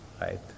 right